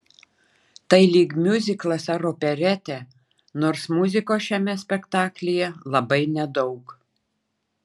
tai lyg miuziklas ar operetė nors muzikos šiame spektaklyje labai nedaug